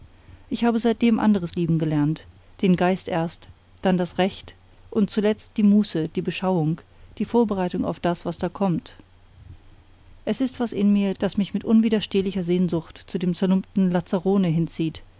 ich habe seitdem anderes lieben gelernt den geist erst dann das recht und zuletzt die muße die beschauung die vorbereitung auf das was da kommt es ist was in mir das mich mit unwiderstehlicher sehnsucht zu dem zerlumpten lazzarone hinzieht